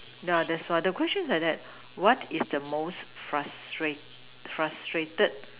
yeah that's why the question is like that what is most frustra~ frustrated